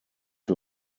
wir